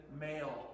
male